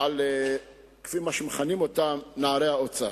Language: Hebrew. על כפי שמכנים אותם "נערי האוצר"